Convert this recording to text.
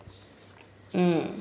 mm